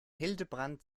hildebrand